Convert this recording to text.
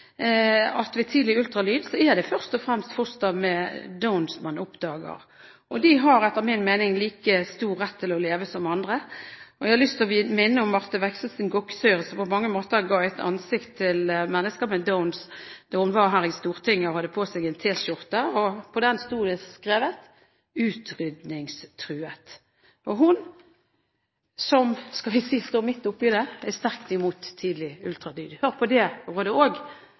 at ved tidlig ultralyd er det først og fremst foster med Downs syndrom man oppdager. De har etter min mening like stor rett til å leve som andre. Jeg har lyst til å minne om Marte Wexelsen Goksøyr, som på mange måter ga et ansikt til mennesker med Downs syndrom da hun var her i Stortinget og hadde på seg en t-skjorte, hvor det sto skrevet: «Utrydningstruet». Hun, som står midt oppe i det, er sterkt imot tidlig ultralyd. Hør på det rådet også, har jeg lyst til å anbefale helseministeren. Helsedebatter handler ofte om reparasjon. Det